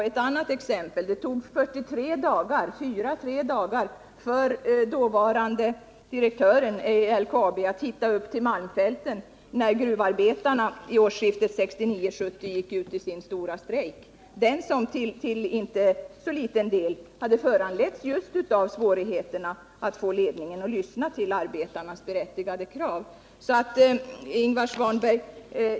Ett annat exempel: Det tog 43 dagar för dåvarande direktören i LKAB att hitta upp till malmfälten när gruvarbetarna vid årsskiftet 1969-1970 gick ut i sin stora strejk, den som till inte så liten del hade föranletts just av svårigheterna att få ledningen att lyssna till arbetarnas berättigade krav.